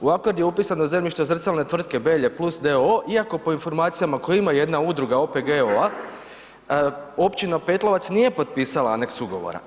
U ... je upisano zemljište zrcalne tvrtke Belje Plus d.o.o., iako po informacijama koje imaju, jedna udruga OPG-ova, općina Petlovac nije potpisala Aneks ugovora.